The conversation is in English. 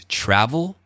travel